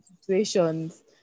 situations